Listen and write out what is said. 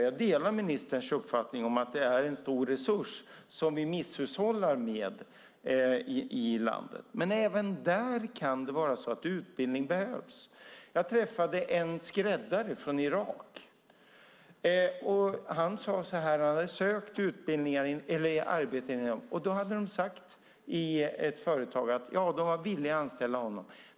Jag delar ministerns uppfattning att det är en stor resurs som vi misshushållar med i landet. Men även där kan det vara så att utbildning behövs. Jag träffade en skräddare från Irak. Han hade sökt arbete, och på ett företag hade de sagt att de var villiga att anställa honom.